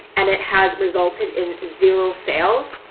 and it has resulted in zero sales,